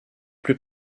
plus